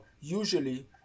usually